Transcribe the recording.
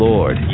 Lord